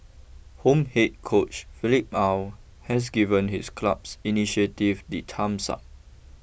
home head coach Philippe Aw has given his club's initiative the thumbs up